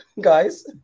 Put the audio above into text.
guys